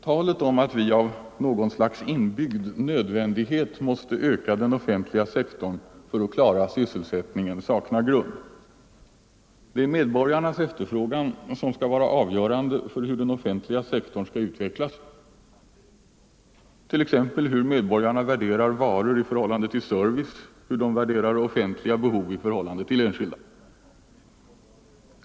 Talet om att vi av något slags inbyggd nödvändighet måste öka den offentliga sektorn för att klara sysselsättningen saknar grund. Det är medborgarnas efterfrågan som skall vara avgörande för hur den offentliga sektorn skall utvecklas, t.ex. hur medborgarna värderar varor i förhållande till service och hur de värderar offentliga behov i förhållande till enskilda.